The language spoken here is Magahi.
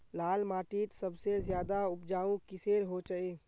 लाल माटित सबसे ज्यादा उपजाऊ किसेर होचए?